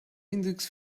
index